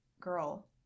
girl